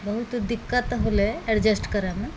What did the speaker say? बहुत दिक्कत होलै एडजस्ट करयमे